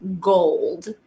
gold